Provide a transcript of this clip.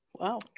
Wow